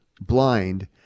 blind